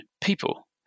people